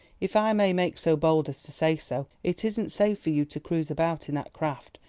if i may make so bold as to say so, it isn't safe for you to cruise about in that craft,